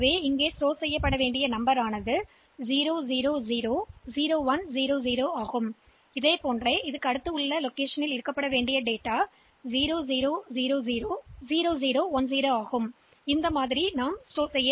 எனவே சேமிக்கப்பட்ட உண்மையான எண் 0 0 0 0 0 1 0 0 0 இதேபோல் அடுத்த இடத்தில் சேமிக்கப்படும் உண்மையான எண் 0 0 0 0 0 0 1 0